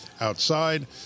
outside